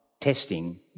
testing